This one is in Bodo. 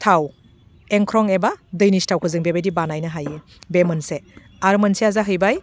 थाव एंख्रं एबा दैनि सिथावखौ जों बेबायदि बानायनो हायो बे मोनसे आरो मोनसेया जाहैबाय